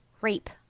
rape